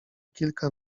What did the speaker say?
kilka